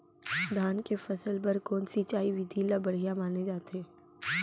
धान के फसल बर कोन सिंचाई विधि ला बढ़िया माने जाथे?